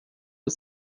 ist